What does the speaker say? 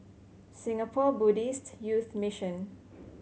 Singapore Buddhist Youth Mission